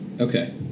okay